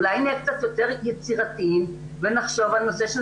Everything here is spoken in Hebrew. אולי נהיה קצת יותר יצירתיים ונחשוב על נושא של